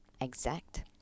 exact